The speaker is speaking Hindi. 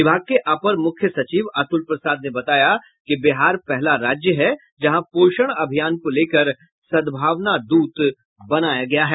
विभाग के अपर मुख्य सचिव अतुल प्रसाद ने बताया कि बिहार पहला राज्य है जहां पोषण अभियान को लेकर सद्भावना दूत बनाया गया है